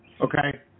okay